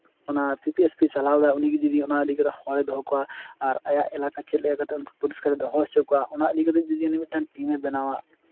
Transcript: ᱚᱱᱟ PP SP ᱪᱟᱞᱟᱣ ᱮᱫᱟᱭ ᱩᱱᱤᱜᱮ ᱡᱩᱫᱤ ᱚᱱᱟ ᱤᱫᱤ ᱠᱟᱛᱮᱫ ᱦᱚᱲᱮ ᱫᱚᱦᱚ ᱠᱚᱣᱟ ᱟᱨ ᱟᱭᱟᱜ ᱮᱞᱟᱠᱟ ᱪᱮᱫ ᱞᱮᱠᱟ ᱠᱟᱛᱮᱫ ᱩᱱᱠᱩ ᱯᱚᱨᱤᱥᱠᱟᱨᱟ ᱮ ᱫᱚᱦᱚ ᱦᱚᱪᱚ ᱠᱚᱣᱟ ᱚᱱᱟ ᱤᱫᱤ ᱠᱟᱛᱮᱫ ᱡᱩᱫᱤ ᱩᱱᱤ ᱢᱤᱫᱴᱟᱱ ᱴᱤᱢᱮ ᱵᱮᱱᱟᱣᱟ